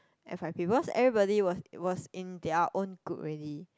f_y_p because everybody was was in their own group already